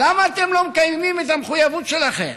למה אתם לא מקיימים את המחויבות שלכם?